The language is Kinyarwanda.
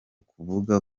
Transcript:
kuvuga